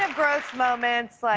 and gross moments. like